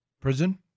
prison